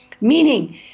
Meaning